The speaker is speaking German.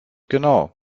genau